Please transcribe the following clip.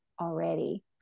already